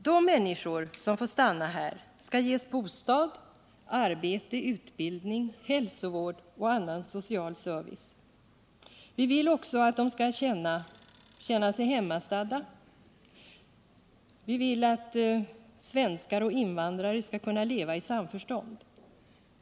De människor som får stanna här skall ges bostad, arbete, utbildning, hälsovård och annan social service. Vi vill också att de skall känna sig hemmastadda, vi vill att svenskar och invandrare skall kunna leva i samförstånd.